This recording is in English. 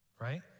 right